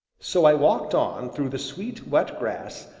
so i walked on through the sweet, wet grass,